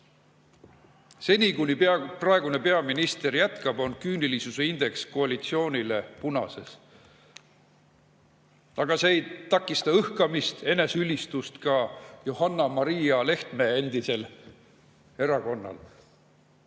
Seni, kuni praegune peaminister jätkab, on küünilisuse indeks koalitsioonile punases. Aga see ei takista õhkamist ega eneseülistust, ka mitte Johanna-Maria Lehtme endise erakonna